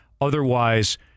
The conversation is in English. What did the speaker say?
otherwise